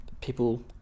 people